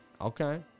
Okay